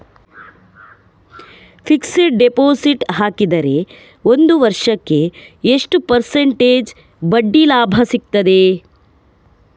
Fixed deposit ಹಾಕಿದರೆ ಒಂದು ವರ್ಷಕ್ಕೆ ಎಷ್ಟು ಪರ್ಸೆಂಟೇಜ್ ಬಡ್ಡಿ ಲಾಭ ಸಿಕ್ತದೆ?